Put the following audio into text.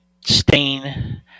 stain